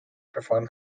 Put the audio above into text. perform